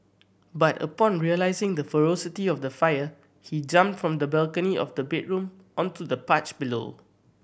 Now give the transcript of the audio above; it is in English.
but upon realising the ferocity of the fire he jumped from the balcony of the bedroom onto the porch below